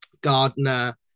Gardner